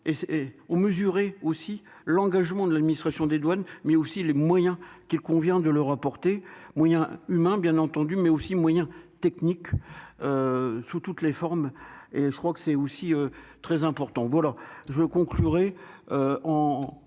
ont mesurer aussi l'engagement de l'administration des douanes, mais aussi les moyens qu'il convient de le reporter moyens humains bien entendu mais aussi moyens techniques sous toutes les formes, et je crois que c'est aussi très important voilà je conclurai en